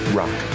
rock